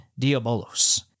Diabolos